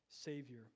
Savior